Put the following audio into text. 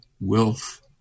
wealth